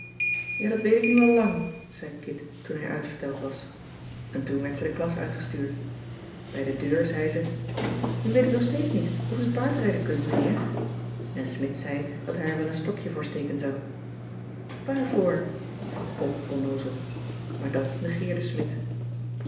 ja dat weet ik nu al lang zei kit toen hij uitverteld was en toen werd ze de klas uitgestuurd bij de deur zei ze nu weet ik nog steeds niet of u paardrijden kunt meneer en smidt zei dat hij er wel een stokje voor steken zou waarvoor vroeg pop onnoozel maar dat negeerde smidt